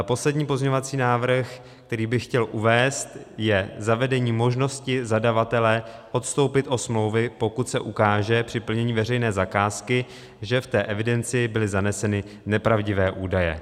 Poslední pozměňovací návrh, který bych chtěl uvést, je zavedení možnosti zadavatele odstoupit od smlouvy, pokud se ukáže při plnění veřejné zakázky, že v té evidenci byly zaneseny nepravdivé údaje.